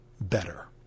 better